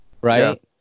right